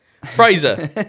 Fraser